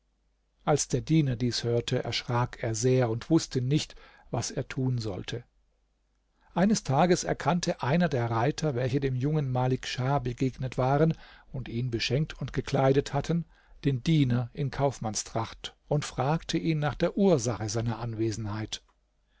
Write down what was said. als der diener dies hörte erschrak er sehr und wußte nicht was er tun sollte eines tages erkannte einer der reiter welche dem jungen malik schah begegnet waren und ihn beschenkt und gekleidet hatten den diener in kaufmannstracht und fragte ihn nach der ursache seiner anwesenheit